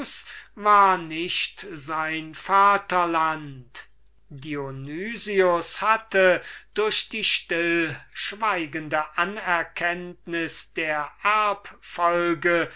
war nicht sein vaterland dionys hatte durch die stillschweigende anerkenntnis der